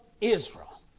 Israel